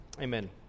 amen